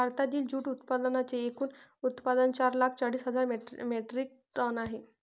भारतातील जूट उत्पादनांचे एकूण उत्पादन चार लाख चाळीस हजार मेट्रिक टन आहे